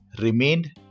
remained